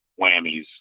whammies